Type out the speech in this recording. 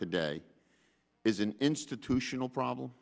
today is an institutional problem